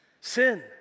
Sin